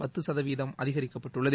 பத்து சதவிகிதம் அதிகரிக்கப்பட்டுள்ளது